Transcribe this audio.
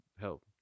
help